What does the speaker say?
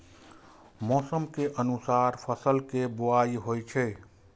मौसम के अनुसार फसल के बुआइ होइ छै